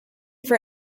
for